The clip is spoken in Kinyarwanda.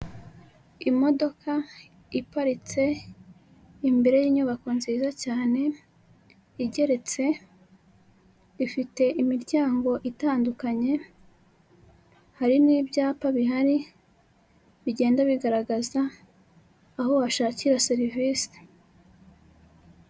Imodoka iparitse imbere y'inyubako nziza cyane igeretse, ifite imiryango itandukanye, hari n'ibyapa bihari, bigenda bigaragaza aho washakira serivise.